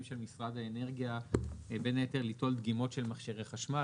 של משרד האנרגיה בין היתר ליטול דגימות של מכשירי חשמל.